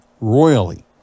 royally